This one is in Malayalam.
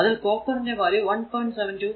അതിൽ കോപ്പർ ന്റെ വാല്യൂ 1